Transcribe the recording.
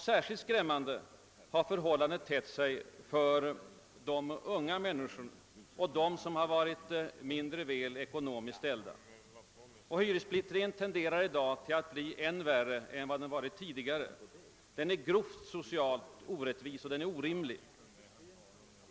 Särskilt skrämmande har detta förhållande tett sig för de unga människorna och för dem som har det mindre väl ställt ekonomiskt. Hyressplittringen tenderar i dag att bli än värre än den varit tidigare. Den är grovt socialt orättvis, den är orimlig.